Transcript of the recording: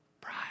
Pride